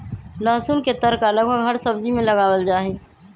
लहसुन के तड़का लगभग हर सब्जी में लगावल जाहई